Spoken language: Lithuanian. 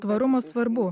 tvarumas svarbu